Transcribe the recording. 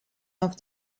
auf